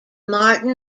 martin